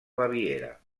baviera